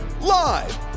Live